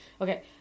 Okay